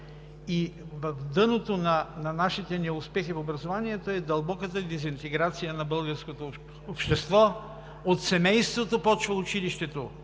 В дъното на нашите неуспехи в образованието е дълбоката дезинтеграция на българското общество. От семейството започва училището,